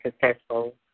successful